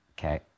okay